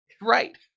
Right